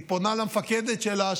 היא פונה למפקדת שלה,